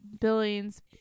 billions